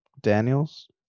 Daniels